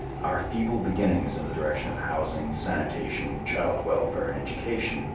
our feeble beginnings in the direction of housing, sanitation, child welfare and education,